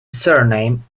surname